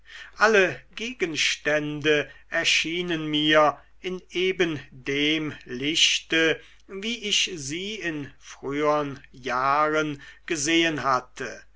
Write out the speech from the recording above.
alle gegenstände erschienen mir in eben dem lichte wie ich sie in frühern jahren gesehen hatte